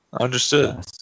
Understood